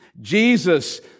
Jesus